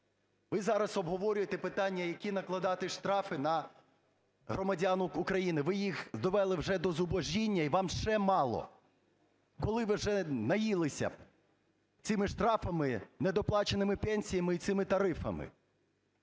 Ви зараз обговорюєте питання, які накладати штрафи на громадян України. Ви їх довели вже до зубожіння і вам ще мало? Коли ви вже наїлися б цими штрафами, недоплаченими пенсіями і цими тарифами?